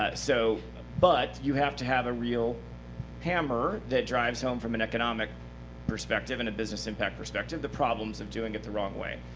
ah so but you have to have a real hammer that drives home, from an economic perspective and a business impact perspective, the problems of doing it the wrong way.